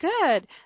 good